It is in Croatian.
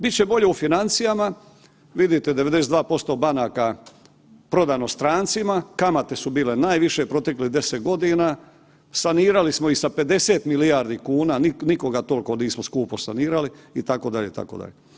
Bit će bolje u financijama, vidite 92% banaka prodano strancima, kamate su bile najviše u proteklih 10 godina, sanirali smo ih sa 50 milijardi kuna, nikoga tolko skupo nismo sanirali itd., itd.